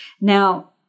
Now